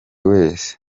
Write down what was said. wese